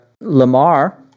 Lamar